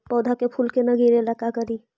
पौधा के फुल के न गिरे ला का करि?